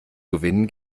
gewinnen